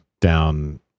down